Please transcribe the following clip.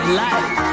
life